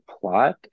plot